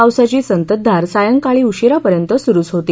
पावसाची संततधार सायंकाळी उशिरा पर्यंत सुरुच होती